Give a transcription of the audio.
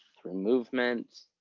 through movements,